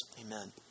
amen